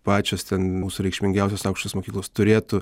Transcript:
pačios ten mūsų reikšmingiausios aukštosios mokyklos turėtų